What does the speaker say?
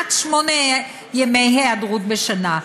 עד שמונה ימי היעדרות בשנה.